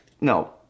No